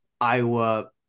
Iowa